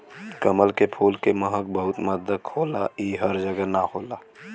कमल के फूल के महक बहुते मादक होला इ हर जगह ना होला